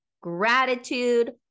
gratitude